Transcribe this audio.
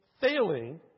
failing